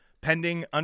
pending